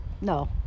no